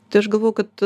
tai aš galvoju kad